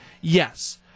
yes